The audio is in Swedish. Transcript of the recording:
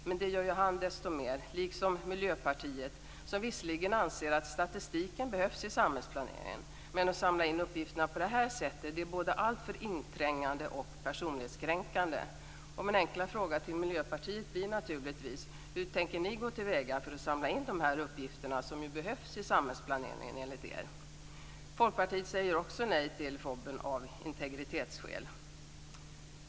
Men det gör han själv desto mer. Det gör även Miljöpartiet, som visserligen anser att statistiken behövs i samhällsplaneringen men tydligen anser att det är alltför inträngande och personlighetskränkande att samla in uppgifter på detta sätt. Min enkla fråga till Miljöpartiet blir naturligtvis: Hur tänker ni gå till väga för att samla in de uppgifter som enligt er behövs i samhällsplaneringen? Folkpartiet säger också nej till FoB av integritetsskäl.